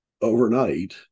overnight